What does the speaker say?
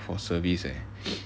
for service eh